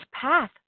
path